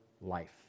life